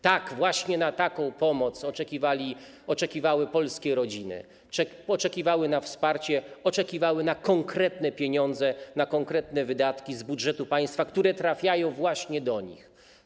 Tak, właśnie na taką pomoc oczekiwały polskie rodziny - oczekiwały na wsparcie, na konkretne pieniądze, na konkretne wydatki z budżetu państwa, które trafiają właśnie do nich.